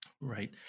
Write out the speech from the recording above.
Right